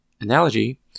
analogy